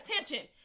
attention